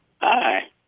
Hi